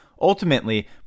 Ultimately